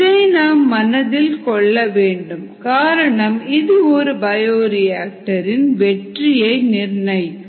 இதை நாம் மனதில் கொள்ள வேண்டும் காரணம் இது ஒரு பயோரிஆக்டர் இன் வெற்றியை நிர்ணயிக்கும்